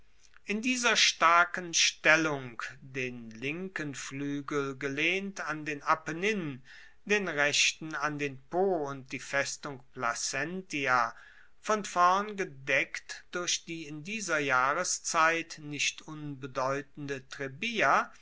in dieser starken stellung den linken fluegel gelehnt an den apennin den rechten an den po und die festung placentia von vorn gedeckt durch die in dieser jahreszeit nicht unbedeutende